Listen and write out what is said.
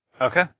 Okay